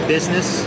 business